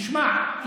תשמע,